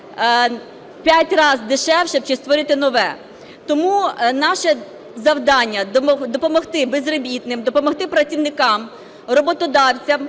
5 раз дешевше чим створити нове. Тому наше завдання допомогти безробітним, допомогти працівникам, роботодавцям